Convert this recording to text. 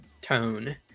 tone